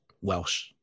Welsh